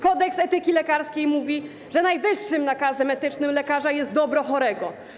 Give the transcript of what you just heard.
Kodeks etyki lekarskiej mówi, że najwyższym nakazem etycznym lekarza jest dobro chorego.